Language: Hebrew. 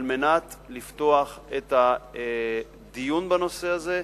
על מנת לפתוח את הדיון בנושא הזה,